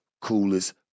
coolest